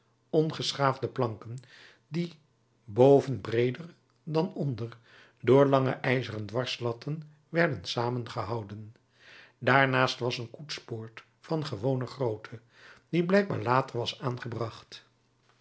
ongeschaafde planken die boven breeder dan onder door lange ijzeren dwarslatten werden samengehouden daarnaast was een koetspoort van gewone grootte die blijkbaar later was aangebracht